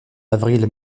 avril